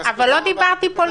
לא דיברתי פוליטיקה.